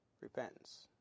repentance